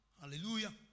Hallelujah